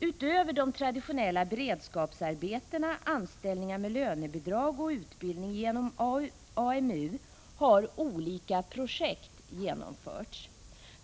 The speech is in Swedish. Utöver de traditionella beredskapsarbetena, anställningar med lönebidrag och utbildning genom AMU har olika projekt genomförts.